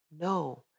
no